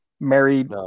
Married